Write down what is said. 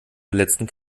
verletzen